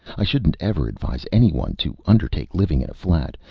i shouldn't ever advise any one to undertake living in a flat.